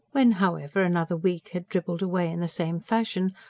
when, however, another week had dribbled away in the same fashion,